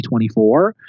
2024